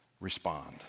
Respond